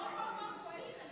אני מאוד מאוד מאוד כועסת.